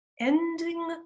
ending